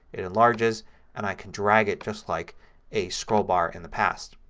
it enlarges and i can drag it just like a scroll bar in the past.